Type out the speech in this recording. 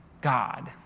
God